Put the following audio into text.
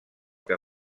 que